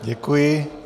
Děkuji.